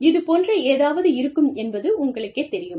இது போன்ற ஏதாவது இருக்கும் என்பது உங்களுக்கே தெரியும்